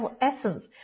essence